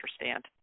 understand